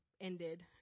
ended